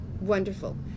wonderful